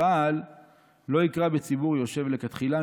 אבל לא יקרא בציבור יושב לכתחילה,